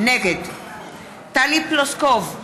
נגד טלי פלוסקוב,